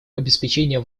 обеспечения